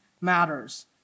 matters